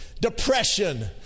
depression